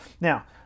Now